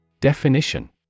Definition